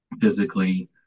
physically